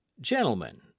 Gentlemen